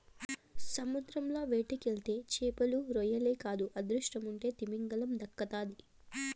సముద్రంల వేటకెళ్తే చేపలు, రొయ్యలే కాదు అదృష్టముంటే తిమింగలం దక్కతాది